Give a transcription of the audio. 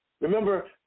Remember